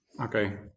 Okay